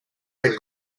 red